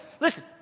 listen